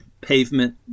pavement